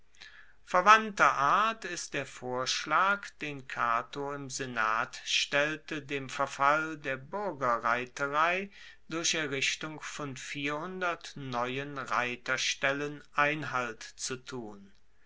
verwandter art ist der vorschlag den cato im senat stellte dem verfall der buergerreiterei durch errichtung von vierhundert neuen reiterstellen einhalt zu tun